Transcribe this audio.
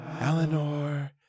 Eleanor